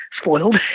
spoiled